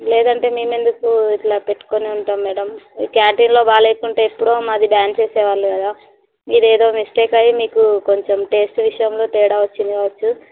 లేదంటే మేము ఎందుకు ఇల పెట్టుకుని ఉంటాము మేడం క్యాంటీన్లో బాగా లేకుంటే ఎప్పుడో మాది బ్యాన్ చేసేవాళ్ళు కదా మీరు ఏదో మిస్టేక్ అయ్యి మీకు కొంచెం టేస్ట్ విషయంలో తేడా వచ్చింది కావచ్చు